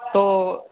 تو